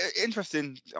interesting